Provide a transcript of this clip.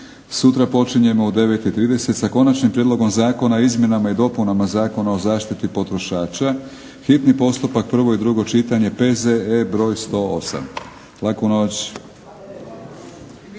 Sutra počinjemo u 9,30 sa Konačnim prijedlogom zakona o izmjenama i dopunama Zakona o zaštiti potrošača, hitni postupak, prvo i drugo čitanje, P.Z.E. br. 108. Laku noć.